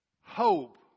Hope